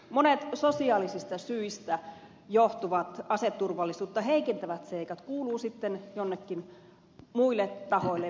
monet sosiaalisista syistä johtuvat aseturvallisuutta heikentävät seikat kuuluvat sitten joillekin muille tahoille ja muille valiokunnille